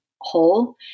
whole